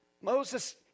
Moses